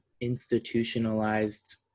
institutionalized